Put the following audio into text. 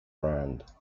brand